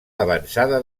avançada